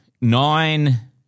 Nine